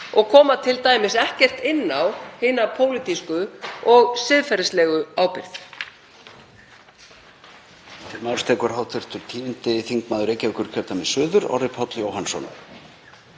og koma t.d. ekkert inn á hina pólitísku og siðferðislegu ábyrgð?